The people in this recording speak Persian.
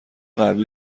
قوی